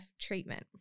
treatment